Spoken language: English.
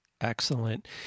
Excellent